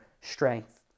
strength